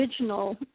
original